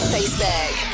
Facebook